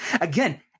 Again